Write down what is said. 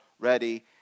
Ready